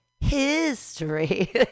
history